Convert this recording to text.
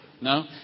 No